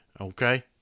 Okay